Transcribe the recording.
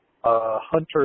hunter